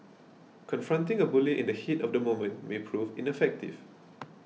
confronting a bully in the heat of the moment may prove ineffective